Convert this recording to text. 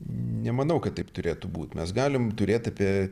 nemanau kad taip turėtų būt mes galim turėt apie